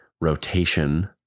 rotation